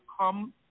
come